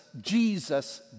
Jesus